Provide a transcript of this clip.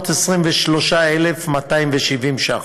ו-423,270 ש"ח.